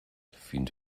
fins